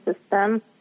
system